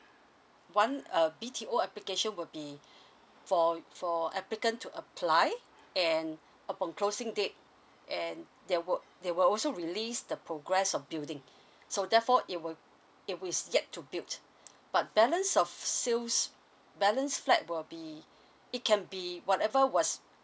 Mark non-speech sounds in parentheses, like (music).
one uh B_T_O application will be (breath) for for applicant to apply and upon closing date and they will they will also release the progress of building so therefore it will it is yet to build but balance of sales balance flat will be it can be whatever was